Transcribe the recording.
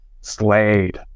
Slade